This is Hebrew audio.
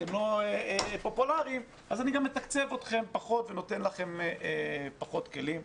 לא פופולרי אז הוא מתקצב פחות וגם ניתנים פחות כלים.